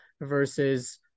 versus